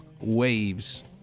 waves